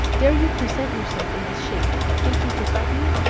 dare you present yourself in this shape, thinking to frighten me?